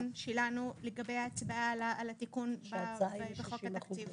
שלנו לגבי ההצבעה על התיקון בחוק התקציב.